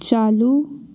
चालू